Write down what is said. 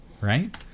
right